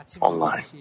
online